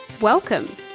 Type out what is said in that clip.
Welcome